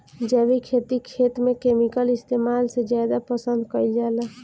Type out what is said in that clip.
जैविक खेती खेत में केमिकल इस्तेमाल से ज्यादा पसंद कईल जाला